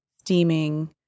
steaming